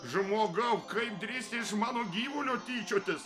žmogau kaip drįsti iš mano gyvulio tyčiotis